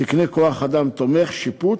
תקני כוח-אדם תומך שיפוט,